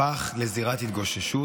הפך לזירת התגוששות,